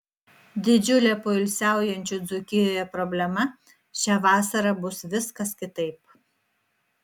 didžiulė poilsiaujančių dzūkijoje problema šią vasarą bus viskas kitaip